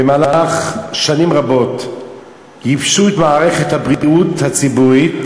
במהלך שנים רבות ייבשו את מערכת הציבורית,